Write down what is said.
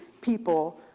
people